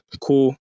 cool